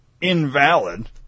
invalid